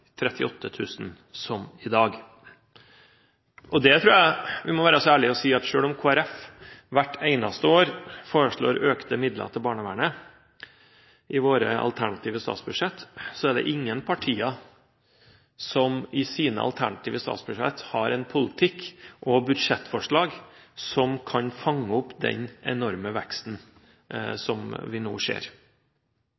000, som i dag. Jeg tror vi må være så ærlige å si at selv om vi i Kristelig Folkeparti hvert eneste år foreslår økte midler til barnevernet i våre alternative statsbudsjett, er det ingen partier som i sine alternative statsbudsjett har en politikk og et budsjettforslag som kan fange opp den enorme veksten